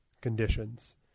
conditions